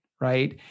Right